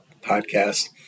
podcast